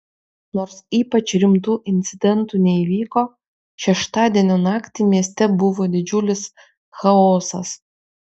nors ypač rimtų incidentų neįvyko šeštadienio naktį mieste buvo didžiulis chaosas